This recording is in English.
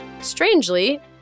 Strangely